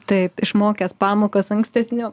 taip išmokęs pamokas ankstesniu